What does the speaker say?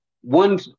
one